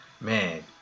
Man